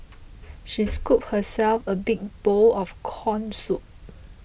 she scooped herself a big bowl of Corn Soup